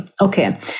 okay